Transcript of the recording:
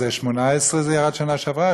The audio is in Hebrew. אז 18 מיליון, זה ירד בשנה שעברה.